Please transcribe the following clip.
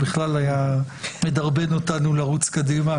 הוא היה מדרבן אותנו לרוץ קדימה.